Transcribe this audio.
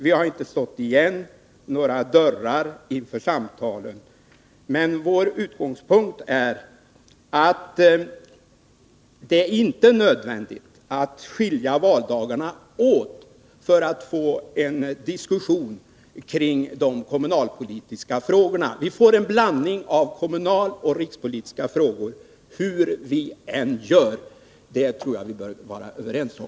Vi har inte slagit igen några dörrar inför samtalen, men vår utgångspunkt är att det inte är nödvändigt att skilja valdagarna åt för att få en diskussion kring de kommunalpolitiska frågorna. Vi får en blandning av kommunaloch rikspolitiska debattfrågor hur vi än gör. Det tror jag vi bör vara överens om.